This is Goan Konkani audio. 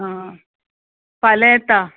आं फाल्यां येता